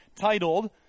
titled